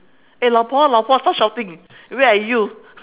eh 老婆老婆 stop shouting where are you